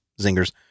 zingers